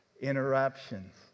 interruptions